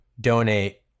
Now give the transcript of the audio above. donate